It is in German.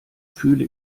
fühle